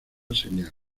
señal